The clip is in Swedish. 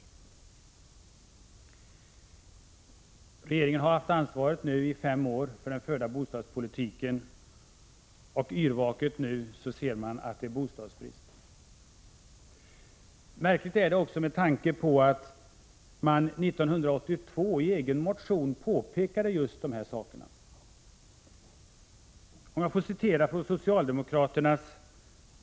21 Regeringen har nu haft ansvaret i fem år för den förda bostadspolitiken. Yrvaket ser man nu att det är bostadsbrist. Det är också märkligt med tanke på att man år 1982, då man var i opposition, i en egen reservation pekade på just dessa förhållanden.